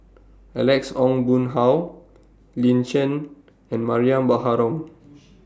Alex Ong Boon Hau Lin Chen and Mariam Baharom